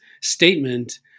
statement